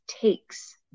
takes